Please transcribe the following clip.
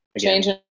changing